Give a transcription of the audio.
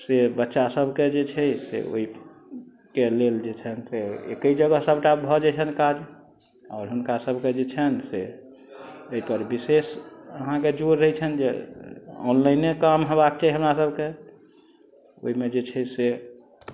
से बच्चा सबके जे छै से ओहिके लेल जे छनि से एकै जगह सबटा भऽ जाइ छनि काज आओर हुनका सबके जे छैशनि से एहि पर विशेष अहाँके जोर रहै छनि जे ऑनलाइने काम हेबाक चाही हमरा सबके ओहिमे जे छै से